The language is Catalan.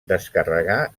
descarregar